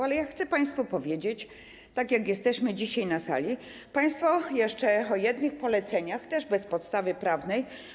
Ale ja chcę państwu powiedzieć, tak jak jesteśmy dzisiaj na sali, że państwo jeszcze o jednych poleceniach, też bez podstawy prawnej.